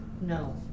no